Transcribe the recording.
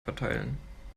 verteilen